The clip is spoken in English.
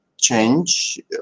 change